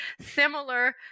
similar